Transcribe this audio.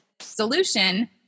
solution